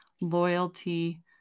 loyalty